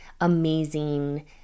amazing